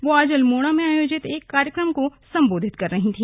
वे आज अल्मोड़ा में आयोजित एक कार्यक्रम को संबोधित कर रही थी